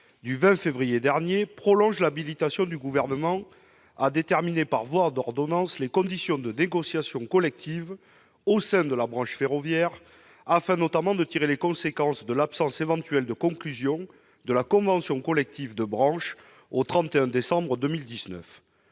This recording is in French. du 20 février dernier, prolonge l'habilitation du Gouvernement à déterminer par voie d'ordonnance les conditions de négociation collective au sein de la branche ferroviaire, afin notamment de tirer les conséquences de l'éventuelle absence de conclusions de la convention collective de branche au 31 décembre 2019.